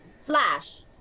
Flash